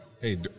hey